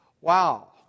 wow